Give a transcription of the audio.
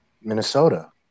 Minnesota